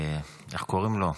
איך קוראים לו?